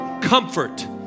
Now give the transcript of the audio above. comfort